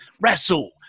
wrestle